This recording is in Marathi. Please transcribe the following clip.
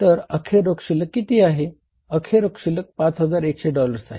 तर अखेर रोख शिल्लक किती आहे अखेर रोख शिल्लक 5100 डॉलर्स आहे